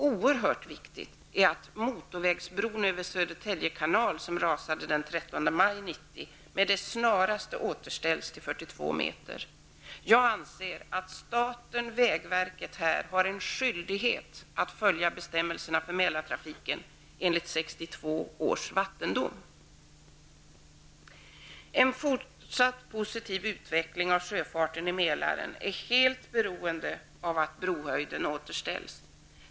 Oerhört viktigt är att motorvägsbron över Södertälje kanal, som rasade den 13 maj 1990, med det snaraste återställs till 42 meters höjd. Jag anser att staten-vägverket här har en skyldighet att följa bestämmelserna för En fortsatt positiv utveckling av sjöfarten i Mälaren är helt beroende av att brohöjden återställs.